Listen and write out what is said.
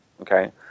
Okay